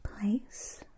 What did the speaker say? place